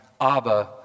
Abba